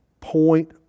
point